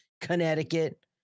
Connecticut